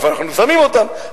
איפה אנחנו שמים אותם.